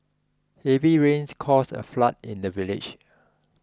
heavy rains caused a flood in the village